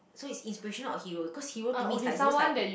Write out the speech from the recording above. so inspirational not hero cause hero to me is like those like